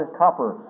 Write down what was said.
copper